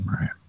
Right